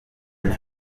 and